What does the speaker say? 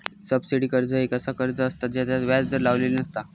subsidy कर्ज एक असा कर्ज असता जेच्यात व्याज दर लावलेली नसता